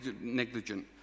negligent